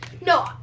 No